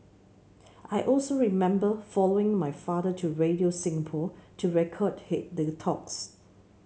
I also remember following my father to Radio Singapore to record hit the talks